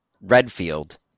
Redfield